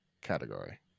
category